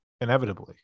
inevitably